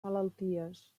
malalties